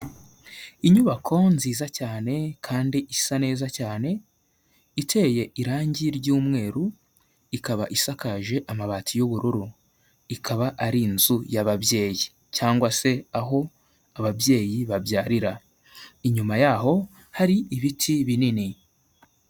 Inyubako nziza cyane kandi isa neza cyane, iteye irangi ry'umweru, ikaba isakaje amabati y'ubururu, ikaba ari inzu y'ababyeyi cyangwa se aho ababyeyi babyarira, inyuma yaho hari ibiti binini.